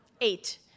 Eight